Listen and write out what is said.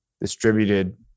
distributed